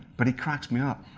but he cracks me up,